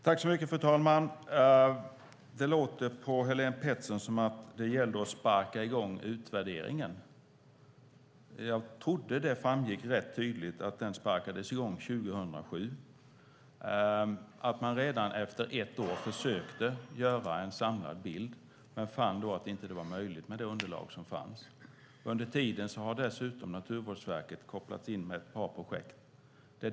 Fru talman! Det låter på Helén Pettersson som om det gällde att sparka i gång utvärderingen. Jag trodde att det framgick rätt tydligt att den sparkades i gång 2007, att man redan efter ett år försökte göra en samlad bild men fann att det inte var möjligt med det underlag som fanns. Under tiden har dessutom Naturvårdsverket kopplats in med ett bra projekt.